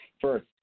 first